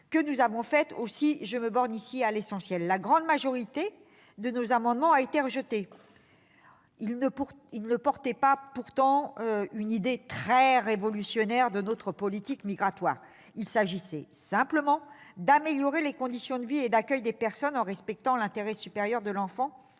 que nous avons effectuées. Aussi vais-je me borner à l'essentiel. La grande majorité de nos amendements a été rejetée : ils n'exprimaient pourtant pas une idée très révolutionnaire de notre politique migratoire. Il s'agissait simplement d'améliorer les conditions de vie et d'accueil des personnes, en respectant l'intérêt supérieur de l'enfant,